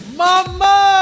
mama